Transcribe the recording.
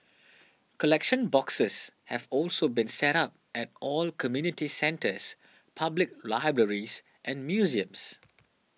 collection boxes have also been set up at all community centres public libraries and museums